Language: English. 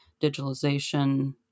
digitalization